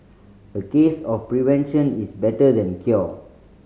a case of prevention is better than cure